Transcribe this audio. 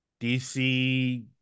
DC